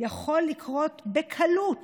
יכול לקרות בקלות